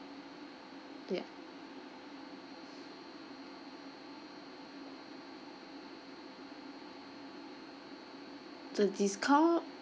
ya the discount